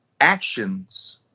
actions